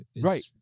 Right